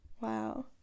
wow